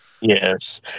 yes